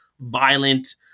violent